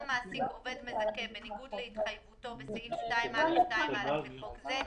מעסיק עובד מזכה בניגוד להתחייבותו בסעיף 2א(2א) לחוק זה,